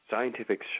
scientific